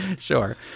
Sure